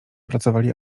pracowali